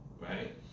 right